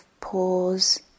pause